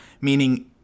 meaning